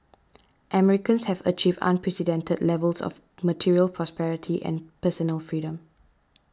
Americans have achieved unprecedented levels of material prosperity and personal freedom